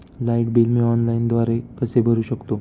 Light bill मी ऑनलाईनद्वारे कसे भरु शकतो?